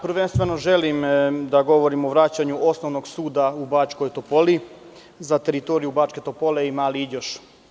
Prvenstveno želim da govorim o vraćanju osnovnog suda u Bačkoj Topoli za teritoriju Bačke Topole i Mali Iđoš.